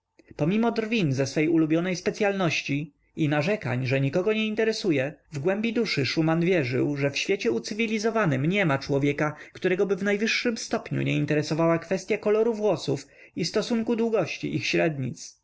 pomimo drwin ze swej ulubionej specyalności i narzekań iż nikogo nie interesuje w głębi duszy szuman wierzył że w świecie ucywilizowanym niema człowieka któregoby w najwyższym stopniu nie interesowała kwestya koloru włosów i stosunku długości ich średnic